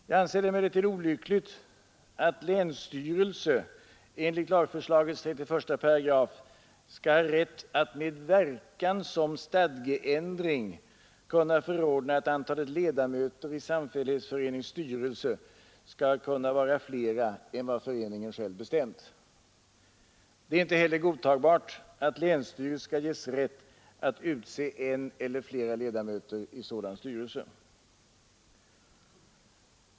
Jag anser det emellertid olyckligt att länsstyrelse enligt lagförslagets 31 8 skall ha rätt att med verkan som stadgeändring kunna förordna att antalet ledamöter i samfällighetsförenings styrelse skall kunna vara fler än vad föreningen bestämt. Det är inte heller godtagbart att länsstyrelse skall ges rätt att utse en eller flera ledamöter i sådan styrelse.